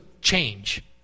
change